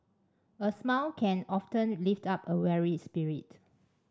a smile can often lift up a weary spirit